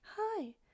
hi